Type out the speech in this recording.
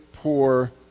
Poor